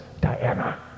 Diana